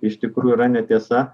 iš tikrųjų yra netiesa